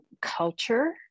culture